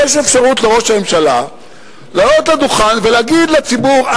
יש אפשרות לראש הממשלה לעלות לדוכן ולהגיד לציבור: